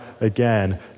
again